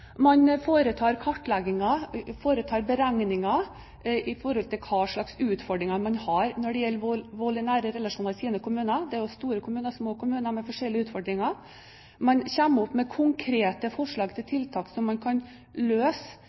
Man foretar kartlegginger og beregninger av hva slags utfordringer man har når det gjelder vold i nære relasjoner i sine kommuner – det er jo store kommuner og små kommuner, med forskjellige utfordringer. Man kommer opp med konkrete forslag til tiltak for å løse